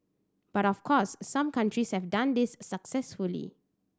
but of course some countries have done this successfully